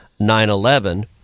9-11